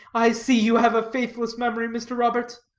i see you have a faithless memory, mr. roberts.